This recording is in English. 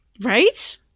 Right